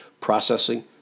processing